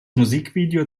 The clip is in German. musikvideo